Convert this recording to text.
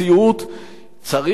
צריך לדרוש